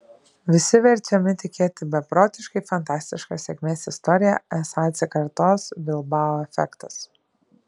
visi verčiami tikėti beprotiškai fantastiška sėkmės istorija esą atsikartos bilbao efektas